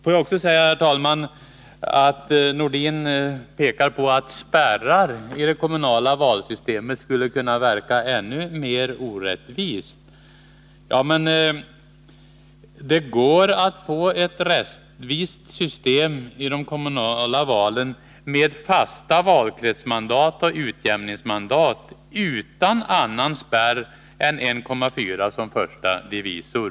Får jag också säga, herr talman, att Sven-Erik Nordin pekar på att spärrar i det kommunala valsystemet skulle kunna verka ännu mer orättvist. Ja, men det går att få ett rättvist system inom de kommunala valen med fasta valkretsmandat och utjämningsmandat utan annan spärr än 1,4 som första divisor.